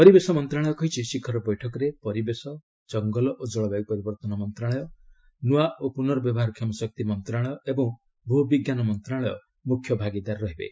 ପରିବେଶ ମନ୍ତ୍ରଣାଳୟ କହିଛି ଶିଖର ବୈଠକରେ ପରିବେଶ ଜଙ୍ଗଲ ଓ ଜଳବାୟୁ ପରିବର୍ତ୍ତନ ମନ୍ତ୍ରଣାଳୟ ନୂଆ ଓ ପୁନର୍ବ୍ୟବହାରକ୍ଷମ ଶକ୍ତି ମନ୍ତ୍ରଣାଳୟ ଏବଂ ଭୂବିଜ୍ଞାନ ମନ୍ତ୍ରଣାଳୟ ମୁଖ୍ୟଭାଗିଦାର ରହିବେ